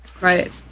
right